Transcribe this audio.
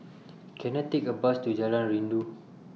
Can I Take A Bus to Jalan Rindu